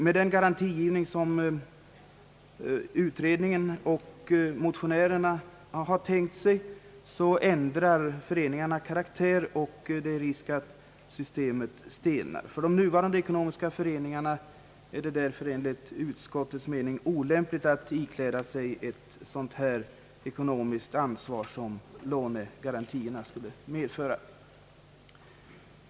Med den garantigivning som utredningen och motionärerna har tänkt sig ändrar föreningarnas verksamhet karaktär, och det är risk att systemet stelnar. För de nuvarande ekonomiska föreningarna är det därför enligt utskottets mening olämpligt att ikläda sig ett sådant ekonomiskt ansvar som lånegarantierna skulle medföra.